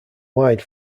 wide